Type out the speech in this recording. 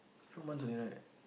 few months only right